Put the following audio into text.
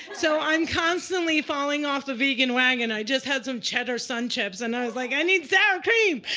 so i'm constantly falling off the vegan wagon. i just had some cheddar sun chips. and i was like, i need sour cream!